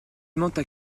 mentent